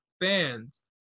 fans